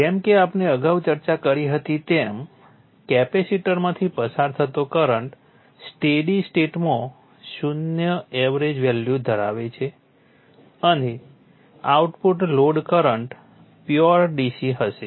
જેમ કે આપણે અગાઉ ચર્ચા કરી હતી તેમ કેપેસિટરમાંથી પસાર થતો કરંટ સ્ટેડી સ્ટેટમાં શૂન્ય એવરેજ વેલ્યુ ધરાવે છે અને output load current pure DC હશે